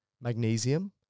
magnesium